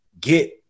get